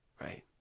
Right